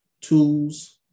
tools